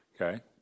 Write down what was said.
Okay